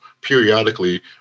periodically